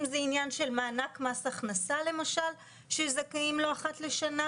אם זה עניין של מענק מס הכנסה למשל שזכאים לו אחת לשנה,